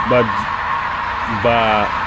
বা য বা